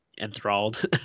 enthralled